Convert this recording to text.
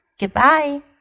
goodbye